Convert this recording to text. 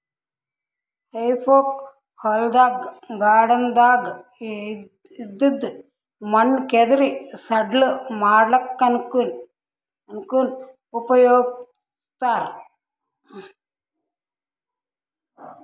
ಹೆಫೋಕ್ ಹೊಲ್ದಾಗ್ ಗಾರ್ಡನ್ದಾಗ್ ಇದ್ದಿದ್ ಮಣ್ಣ್ ಕೆದರಿ ಸಡ್ಲ ಮಾಡಲ್ಲಕ್ಕನೂ ಉಪಯೊಗಸ್ತಾರ್